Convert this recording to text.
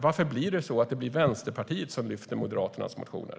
Varför är det Vänsterpartiet som lyfter fram Moderaternas motioner?